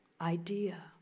idea